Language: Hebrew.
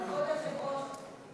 כבוד היושב-ראש,